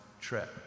trip